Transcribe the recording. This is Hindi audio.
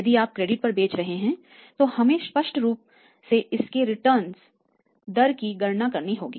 यदि आप क्रेडिट पर बेच रहे हैं तो हमें स्पष्ट रूप इसके रिटर्न दर की गणना करनी होगी